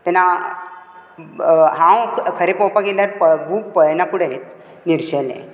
तेन्ना हांव खरें पळोवपाक गेल्यार रूप पळेना फुडेंच निर्शेलें